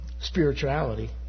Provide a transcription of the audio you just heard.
Spirituality